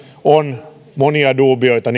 on monia duubioita